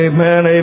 Amen